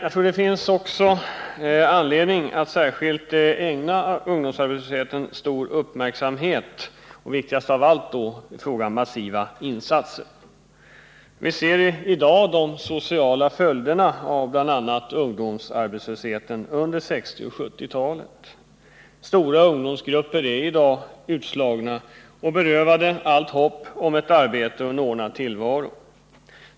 Jag tror att det finns anledning att ägna särskilt ungdomsarbetslösheten stor uppmärksamhet. Viktigast av allt är då frågan om massiva insatser. Viser i dag de sociala följderna av bl.a. ungdomsarbetslösheten under 1960 och 1970-talen. Stora ungdomsgrupper är i dag utslagna och berövade allt hopp om ett arbete och en ordnad tillvaro.